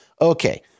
Okay